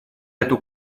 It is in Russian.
эту